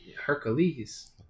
Hercules